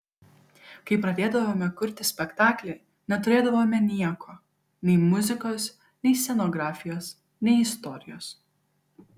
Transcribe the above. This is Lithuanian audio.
kai pradėdavome kurti spektaklį neturėdavome nieko nei muzikos nei scenografijos nei istorijos